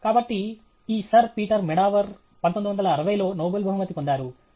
కాబట్టి ఈ sir Peter Medawar 1960 లో నోబెల్ బహుమతి పొందారు